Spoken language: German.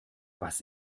was